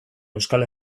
euskal